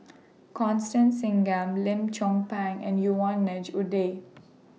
Constance Singam Lim Chong Pang and Yvonne Ng Uhde